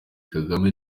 kagame